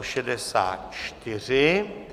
64.